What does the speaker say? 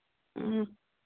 ꯎꯝ